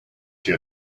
your